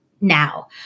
now